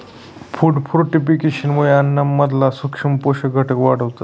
food फोर्टिफिकेशनमुये अन्नाना मधला सूक्ष्म पोषक घटक वाढतस